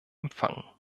empfangen